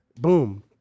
boom